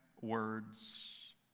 words